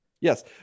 Yes